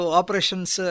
operations